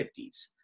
1950s